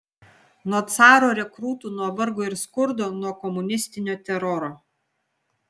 nuo caro rekrūtų nuo vargo ir skurdo nuo komunistinio teroro